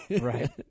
right